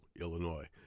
Illinois